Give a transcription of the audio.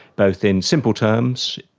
both in simple terms,